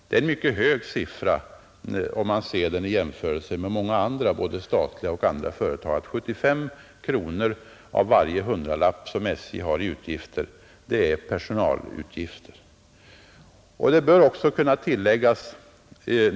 Det är en mycket hög siffra, om man ser den i jämförelse med lönerna på många både statliga och andra företag. 75 kronor av varje hundralapp som SJ ger ut avser kostnader för personal.